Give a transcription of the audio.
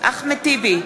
אחמד טיבי,